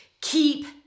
keep